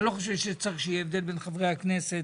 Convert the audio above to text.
אני לא חושב שצריך שיהיה הבדל בין חברי הכנסת